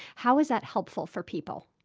how is that helpful for people?